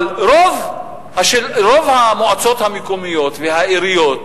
אבל רוב המועצות המקומיות והעיריות,